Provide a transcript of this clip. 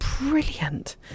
Brilliant